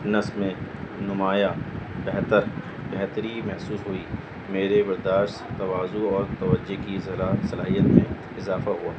نس میں نمایاں بہتر بہتری محسوس ہوئی میرے برداشت تواضع اور توجہ کی ذرا صلاحیت میں اضافہ ہوا